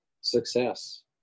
success